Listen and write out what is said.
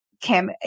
Kim